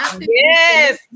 Yes